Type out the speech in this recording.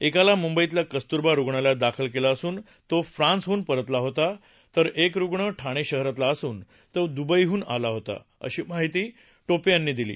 एकाला मुंबईतल्या कस्तुरबा रुग्णालयात दाखल कल्ल असून तो फ्रान्सहन परतला होता तर एक रुग्ण ठाणश्विहरातला असून तो दूबईहन परतला होता अशी माहिती टोपश्विनी दिली